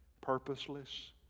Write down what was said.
Purposeless